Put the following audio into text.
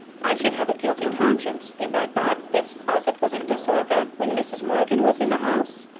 i should have a guilty conscience if i thought this closet was in disorder when mrs. morgan was in the house.